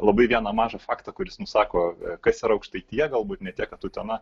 labai vieną mažą faktą kuris nusako kas yra aukštaitiją galbūt ne tiek kad utena